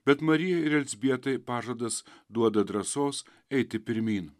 bet marijai ir elzbietai pažadas duoda drąsos eiti pirmyn